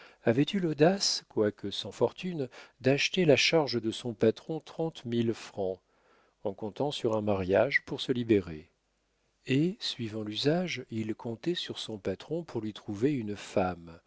avait eu l'audace quoique sans fortune d'acheter la charge de son patron trente mille francs en comptant sur un mariage pour se libérer et suivant l'usage il comptait sur son patron pour lui trouver une femme